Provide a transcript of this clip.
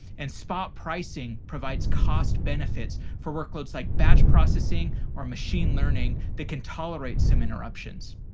and spot pricing provides cost-benefits for workloads like batch processing or machine-learning that can tolerate some interruptions.